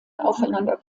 aufeinander